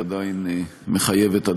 מחייבת,